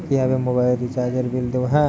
কিভাবে মোবাইল রিচার্যএর বিল দেবো?